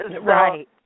Right